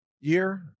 year